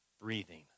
breathing